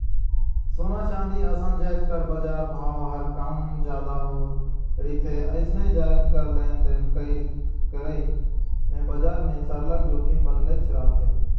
सोना, चांदी असन जाएत कर बजार भाव हर कम जादा होत रिथे अइसने जाएत कर लेन देन करई में बजार में सरलग जोखिम बनलेच रहथे